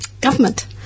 government